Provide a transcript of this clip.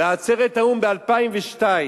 בעצרת האו"ם ב-2002,